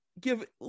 give